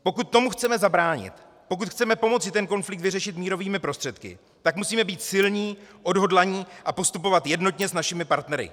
Pokud tomu chceme zabránit, pokud chceme pomoci ten konflikt vyřešit mírovými prostředky, tak musíme být silní, odhodlaní a postupovat jednotně s našimi partnery.